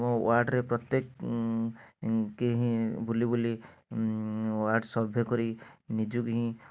ମୋ ୱାର୍ଡ଼ରେ ପ୍ରତ୍ୟେକ କେ ହିଁ ବୁଲି ବୁଲି ୱାର୍ଡ଼ ସର୍ଭେ କରି ନିଜକୁ ହିଁ